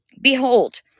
Behold